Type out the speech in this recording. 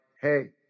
hey